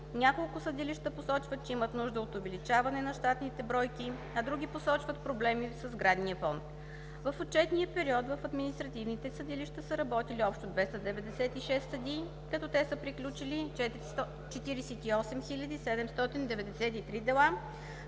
няколко съдилища посочват, че имат нужда от увеличаване на щатните бройки, а други посочват проблеми със сградния фонд. В отчетния период в административните съдилища са работили общо 296 съдии, като те са приключили 48 793 дела,